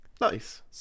Nice